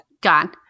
gone